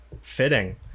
fitting